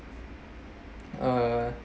uh